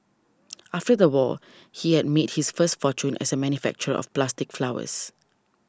after the war he had made his first fortune as a manufacturer of plastic flowers